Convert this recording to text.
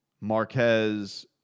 Marquez